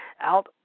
out